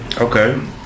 Okay